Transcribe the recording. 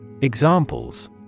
Examples